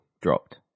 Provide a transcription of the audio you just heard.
dropped